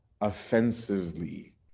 offensively